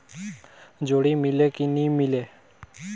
जोणी मीले कि नी मिले?